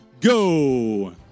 go